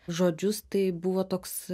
žodžius tai buvo toks